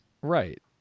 Right